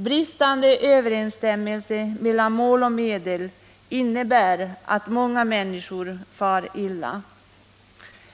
Bristande överensstämmelse mellan mål och medel innebär att många människor far illa.